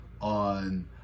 on